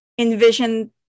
envision